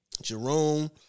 Jerome